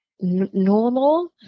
normal